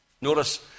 Notice